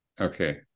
okay